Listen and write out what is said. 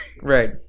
Right